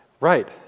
Right